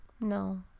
no